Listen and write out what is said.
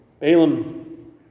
Balaam